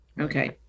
Okay